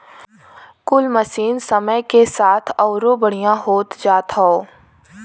कुल मसीन समय के साथ अउरो बढ़िया होत जात हौ